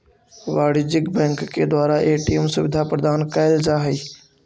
वाणिज्यिक बैंक के द्वारा ए.टी.एम सुविधा प्रदान कैल जा हइ